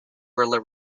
were